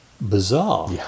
bizarre